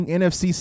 nfc